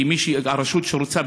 שרשות שרוצה,